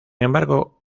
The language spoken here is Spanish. embargo